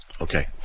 Okay